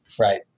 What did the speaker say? right